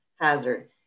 hazard